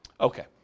Okay